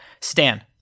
Stan